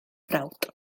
frawd